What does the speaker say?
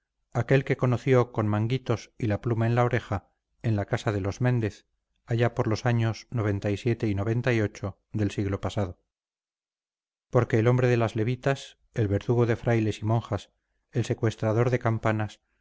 aquel que conoció con manguitos y la pluma en la oreja en la casa de los méndez allá por los años y del siglo pasado porque el hombre de las levitas el verdugo de frailes y monjas el secuestrador de campanas